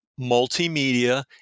multimedia